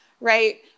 right